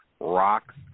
Rocks